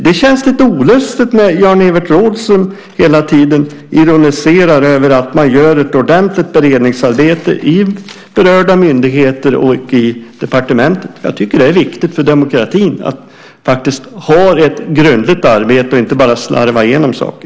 Det känns lite olustigt när Jan-Evert Rådhström ironiserar över att det görs ett ordentligt beredningsarbete vid berörda myndigheter och vid departementet. Jag tycker att det är viktigt för demokratin att faktiskt göra ett grundligt arbete och inte bara slarva igenom frågorna.